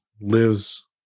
lives